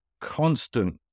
constant